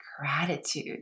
gratitude